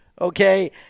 okay